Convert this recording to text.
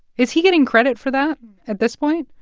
is he getting credit for that at this point?